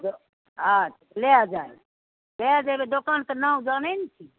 अच्छा लहि जैब कै बजे एबे दोकान के नाम जनै ने छी